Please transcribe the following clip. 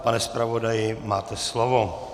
Pane zpravodaji, máte slovo.